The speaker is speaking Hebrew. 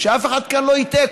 שאף אחד כאן לא יטעה,